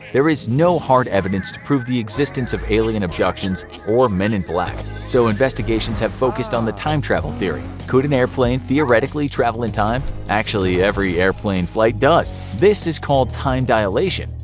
there is no hard evidence to prove the existence of alien abductions or men in black, so investigations have focused on the time travel theory. could an airplane theoretically travel in time? actually, every airplane flight does! this is called time dilation,